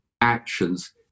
actions